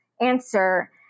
answer